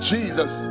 Jesus